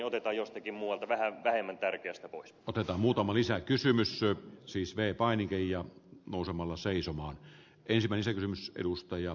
otetaan jostakin muualta vähän vähemmän tärkeästä pois otetaan muutama lisäkysymys on siis vei painija muutamalla seisomaan ensimmäisen edustaja